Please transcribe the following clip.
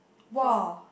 from